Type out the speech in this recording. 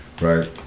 right